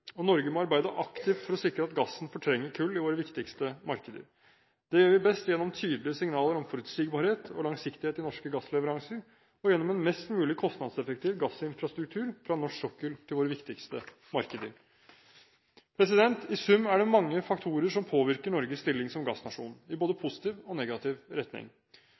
og Norge må arbeide aktivt for å sikre at gassen fortrenger kull i våre viktigste markeder. Det gjør vi best gjennom tydelige signaler om forutsigbarhet og langsiktighet i norske gassleveranser, og gjennom en mest mulig kostnadseffektiv gassinfrastruktur fra norsk sokkel til våre viktigste markeder. I sum er det mange faktorer som påvirker Norges stilling som gassnasjon i både positiv og negativ retning.